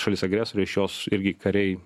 šalis agresorė iš jos irgi kariai